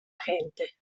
gente